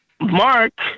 Mark